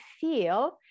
feel